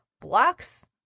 Blocks